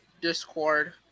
Discord